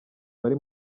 bari